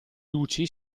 luci